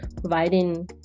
providing